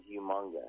humongous